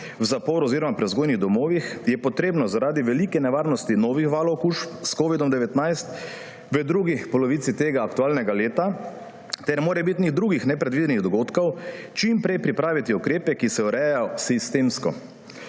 v zaporu oziroma prevzgojnih domovih, je treba zaradi velike nevarnosti novih valov okužb s covidom-19 v drugi polovici tega aktualnega leta ter morebitnih drugih nepredvidenih dogodkov čim prej pripraviti ukrepe, ki se urejajo sistemsko.